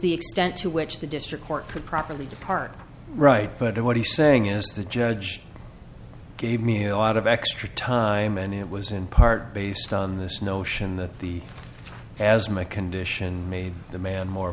the extent to which the district court could properly depart right foot and what he's saying is that the judge gave me a lot of extra time and it was in part based on this notion that the asthma condition made the man more